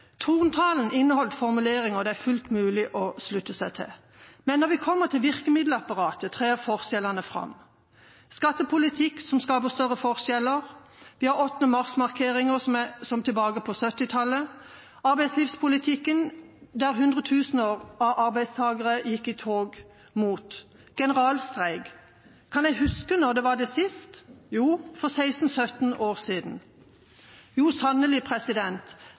inneholdt formuleringer det er fullt mulig å slutte seg til. Men når vi kommer til virkemiddelapparatet, trer forskjellene fram: Skattepolitikk som skaper større forskjeller, vi har 8. mars-markeringer som på 1970-tallet, arbeidslivspolitikk der hundretusener av arbeidstakere går i tog – generalstreik. Kan en huske når det var det sist? Jo, for 16–17 år siden. Jo sannelig,